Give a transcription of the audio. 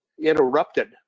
interrupted